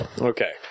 Okay